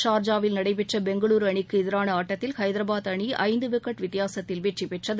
சார்ஜாவில் நடைபெற்ற பெங்களுரு அணிக்கு எதிரான ஆட்டத்தில் ஐதாரபாத் அணி ஐந்து விக்கெட் வித்தியாசத்தில் வெற்றி பெற்றது